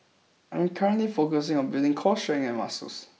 I'm currently focusing on building core strength and muscle